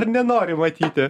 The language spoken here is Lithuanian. ar nenori matyti